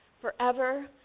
forever